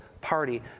party